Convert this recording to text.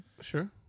Sure